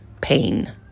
pain